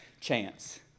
chance